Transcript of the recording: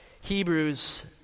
Hebrews